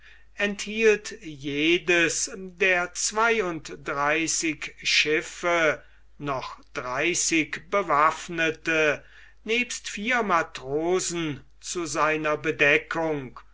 enthielt jedes der zweiunddreißig schiffe noch dreißig bewaffnete nebst vier matrosen zu seiner